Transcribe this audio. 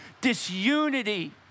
disunity